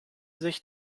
sich